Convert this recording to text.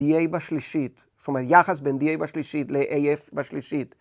‫DA בשלישית, זאת אומרת, ‫יחס בין DA בשלישית ל-AF בשלישית.